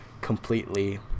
completely